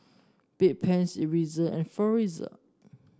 Bedpans Ezerra and Floxia